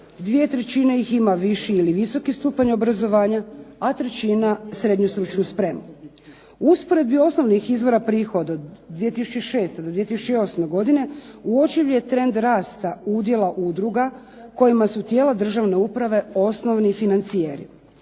Dvije trećine ih ima viši ili visoki stupanj obrazovanja, a trećina SSS. U usporedbi osnovnih izvora prihoda od 2006. do 2008. godine uočljiv je trend rasta udjela udruga kojima su tijela državne uprave osnovni financijeri.